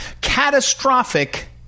catastrophic